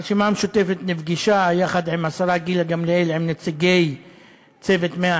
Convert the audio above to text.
הרשימה המשותפת נפגשה עם השרה גילה גמליאל ועם נציגי "צוות 120